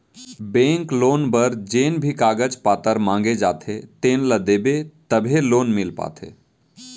bank loan बर जेन भी कागज पातर मांगे जाथे तेन ल देबे तभे लोन मिल पाथे